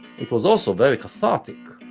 it was also very cathartic,